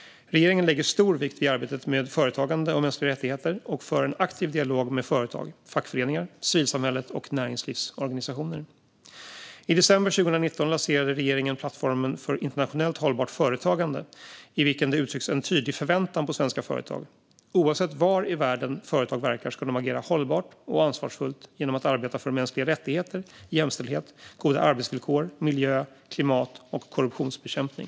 Regeringen lägger stor vikt vid arbetet med företagande och mänskliga rättigheter och för en aktiv dialog med företag, fackföreningar, civilsamhället och näringslivsorganisationer. I december 2019 lanserades regeringens plattform för internationellt hållbart företagande, i vilken det uttrycks en tydlig förväntan på svenska företag. Oavsett var i världen företag verkar ska de agera hållbart och ansvarsfullt genom att arbeta för mänskliga rättigheter, jämställdhet, goda arbetsvillkor, miljö, klimat och korruptionsbekämpning.